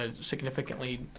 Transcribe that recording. significantly